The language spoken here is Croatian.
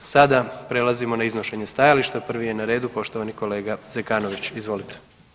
Sada prelazimo na iznošenje stajališta, prvi je na redu poštovani kolega Zekanović, izvolite.